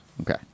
Okay